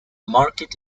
market